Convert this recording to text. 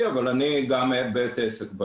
ואני גם בית עסק,